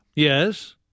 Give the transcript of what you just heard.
Yes